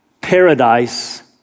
Paradise